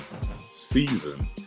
season